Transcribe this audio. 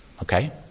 Okay